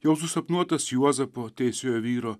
jau susapnuotas juozapo teisiojo vyro